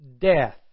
death